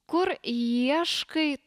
kur ieškai